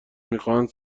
میخواهند